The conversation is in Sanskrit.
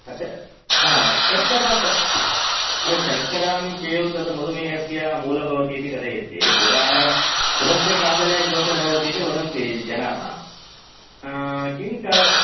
अच्छ ह शर्करा स अरे शर्करां केवलं तत् मधुमेहस्य मूलं भवति इति कथयन्ति गुडः गुडस्य खादने किमपि न भवति इति वदन्ति जनाः किं कार्